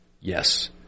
Yes